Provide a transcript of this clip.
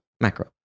macro